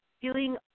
feeling